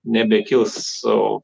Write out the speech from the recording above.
nebekils o